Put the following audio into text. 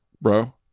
Bro